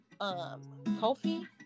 Kofi